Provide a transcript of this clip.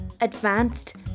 advanced